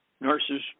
nurses